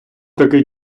такий